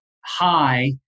high